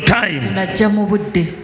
time